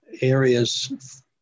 areas